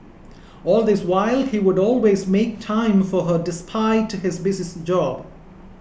all this while he would always make time for her despite to his busies job